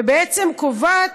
ובעצם קובעת,